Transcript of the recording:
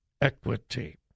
equity